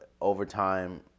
overtime